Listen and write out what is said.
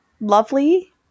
lovely